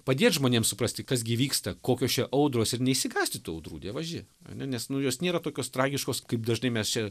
padėt žmonėms suprasti kas gi vyksta kokios čia audros ir neišsigąsti tų audrų dievaži ar ne nes nu jos nėra tokios tragiškos kaip dažnai mes čia